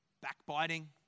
backbiting